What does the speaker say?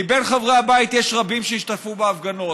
מבין חברי הבית יש רבים שהשתתפו בהפגנות.